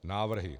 Návrhy: